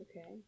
Okay